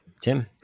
Tim